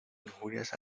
injurias